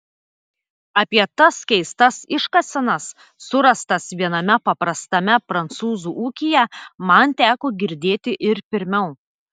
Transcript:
apie tas keistas iškasenas surastas viename paprastame prancūzų ūkyje man teko girdėti ir pirmiau